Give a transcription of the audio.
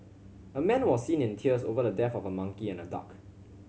a man was seen in tears over the death of a monkey and a duck